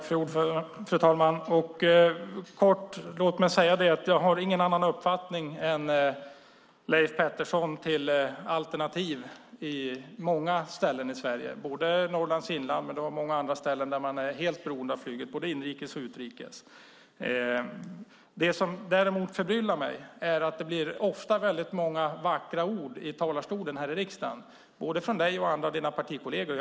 Fru talman! Låt mig säga att jag inte har någon annan uppfattning än Leif Pettersson när det gäller alternativ på många ställen i Sverige, både Norrlands inland och många andra ställen, där man är helt beroende av flyget, både inrikes och utrikes. Det som däremot förbryllar mig är att det ofta bara blir väldigt många vackra ord i talarstolen i riksdagen, både från dig och från dina partikolleger.